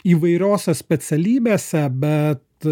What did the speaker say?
įvairiose specialybėse bet